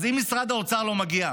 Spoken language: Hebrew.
אם משרד האוצר לא מגיע,